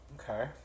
Okay